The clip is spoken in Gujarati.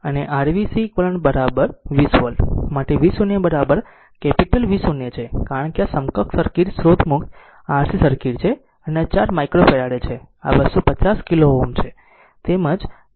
તેથી તેથી જ તે r v cq 0 20 વોલ્ટ અને r v cq 0 20 વોલ્ટ માટે v 0 કેપિટલ v 0 છે કારણ કે આ સમકક્ષ સર્કિટ સ્રોત મુક્ત R c સર્કિટ છે અને આ 4 માઇક્રોફેરાડે છે અને આ 2 50 કિલો Ω છે